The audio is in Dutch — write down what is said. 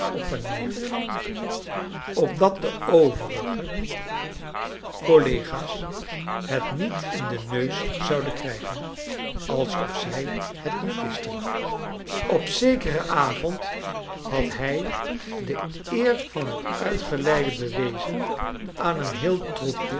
heeft collega's het niet in den neus zouden krijgen i alsof zij het niet wisten i op zekeren avond had hij de eer van het uitgeleiden bewezen aan een heel troepje